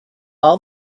all